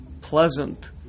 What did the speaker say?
pleasant